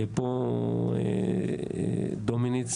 פה דומיניץ